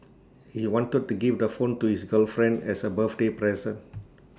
he wanted to give the phone to his girlfriend as A birthday present